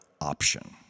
option